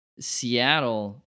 Seattle